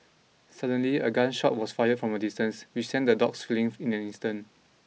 suddenly a gun shot was fired from a distance which sent the dogs fleeing in an instant